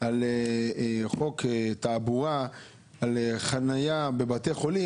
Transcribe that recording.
לחוק תעבורה על חניה בבתי חולים,